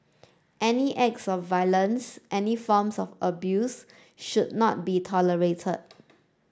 any acts of violence any forms of abuse should not be tolerated